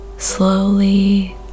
slowly